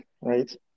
right